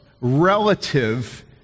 relative